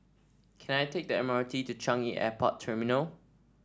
can I take the M R T to Changi Airport Terminal